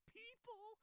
people